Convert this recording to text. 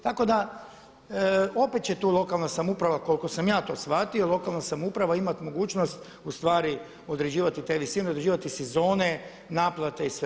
Tako da opet će tu lokalna samouprava koliko sam ja to shvatio, lokalna samouprava imat mogućnost u stvari određivat te visine, određivati sezone, naplate i sve ostalo.